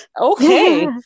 Okay